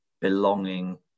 belonging